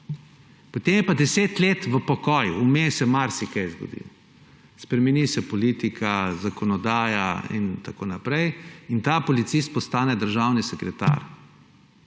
Potem je 10 let v pokoju, vmes se marsikaj zgodi. Spremeni se politika, zakonodaja in tako naprej in ta policist postane državni sekretar.